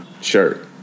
Shirt